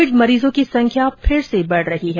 Covid मरीजों की संख्या फिर से बढ़ रही है